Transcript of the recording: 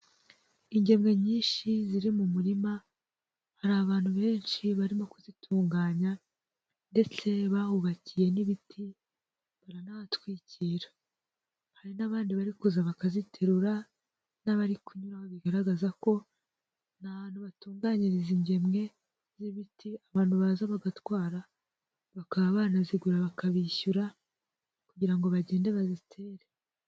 Ingemwe nyinshi ziri mu murima, hari abantu benshi barimo kuzitunganya, ndetse bawubakiye n'ibiti baranahatwikira, hari n'abandi bari kuza bakaziterura n'abari kunyuraraho, bigaragaza ko ni ahantu batunganyiriza ingemwe z'ibiti abantu baza bagatwara, bakaba banazigura bakabishyura kugira ngo bagende bazitere.